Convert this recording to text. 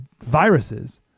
viruses